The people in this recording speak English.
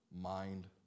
mind